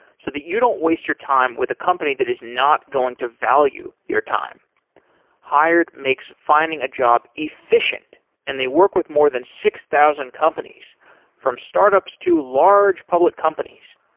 so that you don't waste your time with a company that is not going to value your time hired makes finding a job efficient and they work with more than six thousand companies from startups to large public companies.